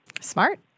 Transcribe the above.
Smart